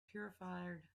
purified